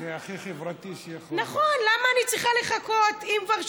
זה הכי חברתי שיכול להיות.